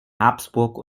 habsburg